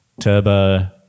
turbo